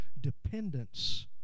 dependence